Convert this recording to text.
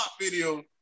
video